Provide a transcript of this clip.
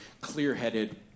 clear-headed